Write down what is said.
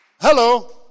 Hello